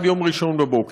עד יום ראשון בבוקר.